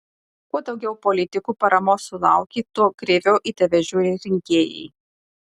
kuo daugiau politikų paramos sulauki tuo kreiviau į tave žiūri rinkėjai